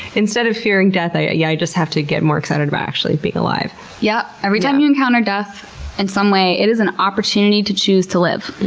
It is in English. instead of fearing death, i yeah i just have to get more excited by actually being alive. yeah. every time you encounter death in some way, it is an opportunity to choose to live.